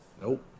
Nope